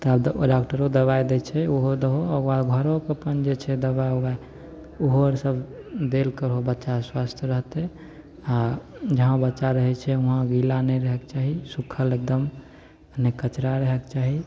तब डॉकटरो दवाइ दै छै ओहो दहो ओहिके बाद घरोके जे छै दवाइ उवाइ ओहोसब देल करहो बच्चाके स्वस्थ रहतै आओर जहाँ बच्चा रहै छै वहाँ गीला नहि रहैके चाही सुक्खल एगदम नहि कचरा रहैके चाही